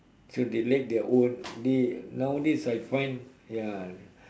should they let their own they nowadays I find ya